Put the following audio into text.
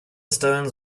stones